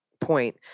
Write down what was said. point